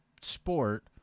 sport